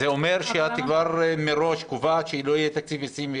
זה אומר שאת כבר מראש קובעת שלא יהיה תקציב 2021,